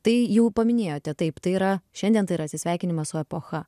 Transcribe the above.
tai jau paminėjote taip tai yra šiandien tai yra atsisveikinimas su epocha